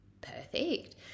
perfect